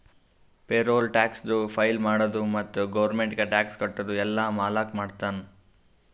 payroll ಟ್ಯಾಕ್ಸದು file ಮಾಡದು ಮತ್ತ ಗೌರ್ಮೆಂಟ್ಗ ಟ್ಯಾಕ್ಸ್ ಕಟ್ಟದು ಎಲ್ಲಾ ಮಾಲಕ್ ಮಾಡ್ತಾನ್